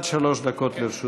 עד שלוש דקות לרשות